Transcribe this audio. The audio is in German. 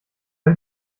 all